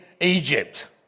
Egypt